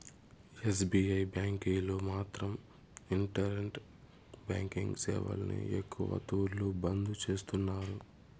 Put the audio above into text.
SBI బ్యాంకీలు మాత్రం internet banking సేవల్ని ఎక్కవ తూర్లు బంద్ చేస్తున్నారు